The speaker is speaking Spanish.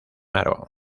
aro